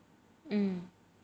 mm